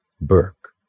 Burke